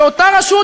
שאותה רשות,